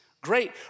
great